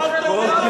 ועוד הוא